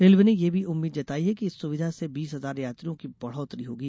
railway ने यह भी उम्मीद जताई है कि इस सुविधा से बीस हजार यात्रियों की बढ़ोत्तरी होगी